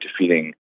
defeating